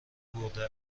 برده